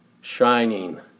shining